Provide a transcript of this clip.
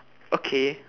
okay